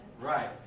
Right